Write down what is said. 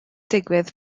digwydd